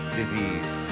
disease